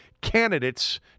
candidates